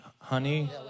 honey